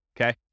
Okay